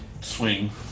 swing